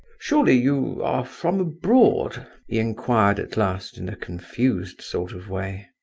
surely you are from abroad? he inquired at last, in a confused sort of way.